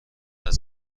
حدس